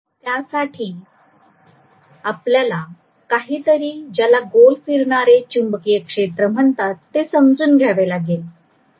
त्यासाठी आपल्याला काहीतरी ज्याला गोल फिरणारे चुंबकीय क्षेत्र म्हणतात ते समजून घ्यावे लागेल